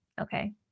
Okay